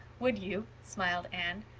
would you? smiled anne.